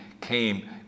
came